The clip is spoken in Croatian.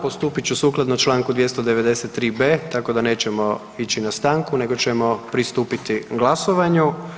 Postupit ću sukladno čl. 293b tako da nećemo ići na stanku nego ćemo pristupiti glasovanju.